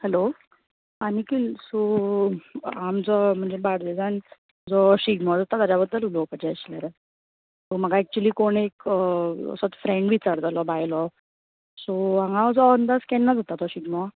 hello आं Nikhil so आमचो म्हणजे बार्देजान जो शिगमो जाता ताज्या बद्दल उलोवपाचे आशिल्लें रे सो म्हाका एक्चुली कोण एक असोच फ्रेण्ड विचारतालो भायलो सो हांगा अंदाज केन्ना जाता तो शिगमो